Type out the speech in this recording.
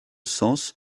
sens